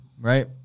right